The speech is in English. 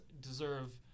deserve